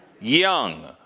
young